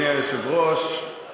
היושב-ראש, את